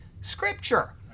scripture